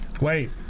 Wait